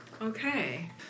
Okay